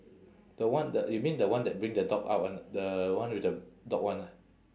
the one the you mean the one that bring the dog out [one] the one with the dog [one] ah